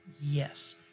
Yes